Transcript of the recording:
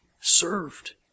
served